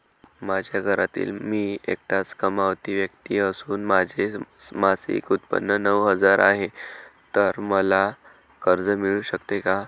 माझ्या घरातील मी एकटाच कमावती व्यक्ती असून माझे मासिक उत्त्पन्न नऊ हजार आहे, तर मला कर्ज मिळू शकते का?